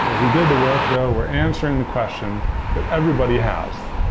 we did the work, though, we're answering the question that everybody has.